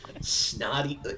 snotty